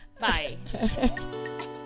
Bye